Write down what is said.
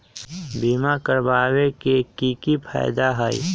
बीमा करबाबे के कि कि फायदा हई?